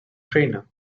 trainer